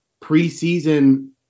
preseason